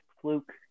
fluke